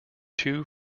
two